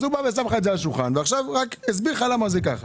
אז הוא בא ושם לך את זה על השולחן ועכשיו רק הסביר לך למה זה ככה.